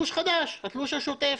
הבא לתשלום.